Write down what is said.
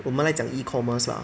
我们来讲 e-commerce lah